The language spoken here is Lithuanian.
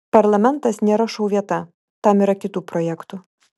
parlamentas nėra šou vieta tam yra kitų projektų